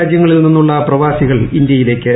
രാജ്യങ്ങളിൽ നിന്നുള്ള പ്രവാസികൾ ഇന്ത്യയിലേക്ക്